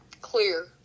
clear